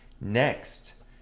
Next